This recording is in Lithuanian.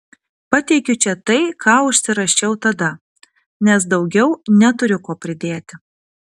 pateikiu čia tai ką užsirašiau tada nes daugiau neturiu ko pridėti